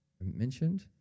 mentioned